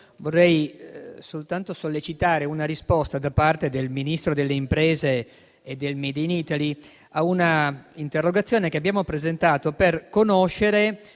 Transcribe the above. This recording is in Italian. vorrei sollecitare una risposta da parte del Ministro delle imprese e del *made in Italy* a una interrogazione che abbiamo presentato per conoscere